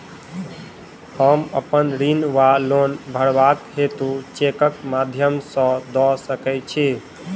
हम अप्पन ऋण वा लोन भरबाक हेतु चेकक माध्यम सँ दऽ सकै छी?